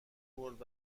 برد